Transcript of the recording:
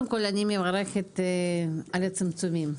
אני מברכת על הצמצומים.